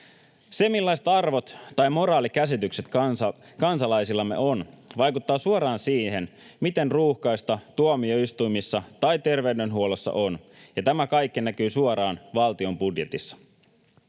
Se, millaiset arvot tai moraalikäsitykset kansalaisillamme on, vaikuttaa suoraan siihen, miten ruuhkaista tuomioistuimissa tai terveydenhuollossa on. Ja tämä kaikki näkyy suoraan valtion budjetissa.